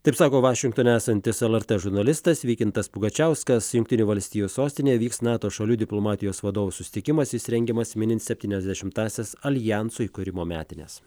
taip sako vašingtone esantis lrt žurnalistas vykintas pugačiauskas jungtinių valstijų sostinėj vyks nato šalių diplomatijos vadovų susitikimas jis rengiamas minint septyniasdešimtąsias aljanso įkūrimo metines